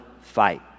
fight